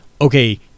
okay